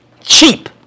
cheap